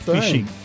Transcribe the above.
Fishing